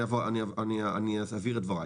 ואבהיר את דבריי.